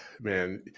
man